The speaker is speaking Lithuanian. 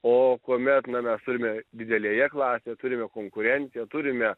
o kuomet na mes turime didelėje klasėje turime konkurenciją turime